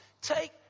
Take